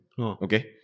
Okay